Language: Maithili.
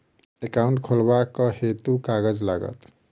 एकाउन्ट खोलाबक हेतु केँ कागज लागत?